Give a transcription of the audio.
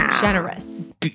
generous